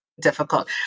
difficult